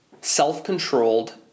self-controlled